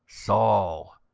saul,